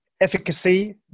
efficacy